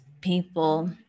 people